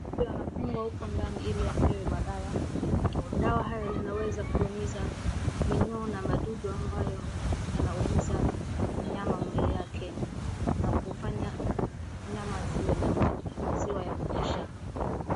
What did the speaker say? Ng'ombe anafungwa huko ndani ili apewe madawa. Dawa haya inaweza kuumiza minyoo na madudu ambayo yanaumiza mnyama mwili yake na kufanya mnyama haziwe na maji maziwa ya kutosha